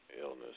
illness